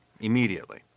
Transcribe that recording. immediately